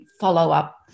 follow-up